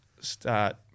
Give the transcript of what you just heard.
start